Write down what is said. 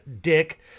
dick